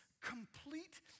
complete